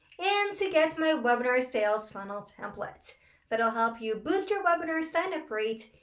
and to get my webinar sales funnel template that'll help you boost your webinar sign up rate,